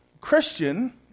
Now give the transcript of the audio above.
Christian